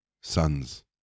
sons